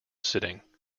sitting